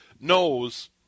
knows